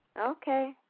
Okay